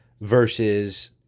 versus